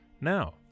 Now